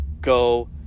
go